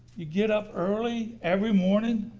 you get up early every morning